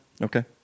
Okay